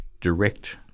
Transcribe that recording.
direct